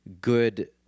good